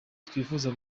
twifuza